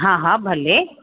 हा हा भले